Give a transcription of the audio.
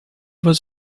was